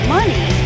money